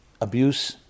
Abuse